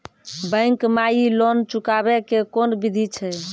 Bank माई loan चुकाबे के कोन बिधि छै?